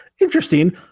interesting